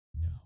No